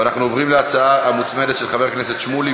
אנחנו עוברים להצעה המוצמדת של חבר הכנסת שמולי,